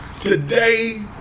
Today